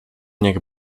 niech